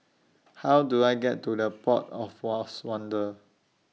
How Do I get to The Port of Lost Wonder